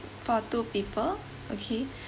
for two people okay